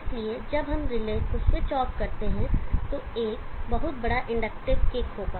इसलिए जब हम रिले को स्विच ऑफ करते हैं तो एक बहुत बड़ा इंडक्टिव किक होगा